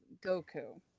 Goku